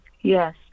Yes